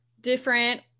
different